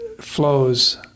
flows